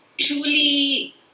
Truly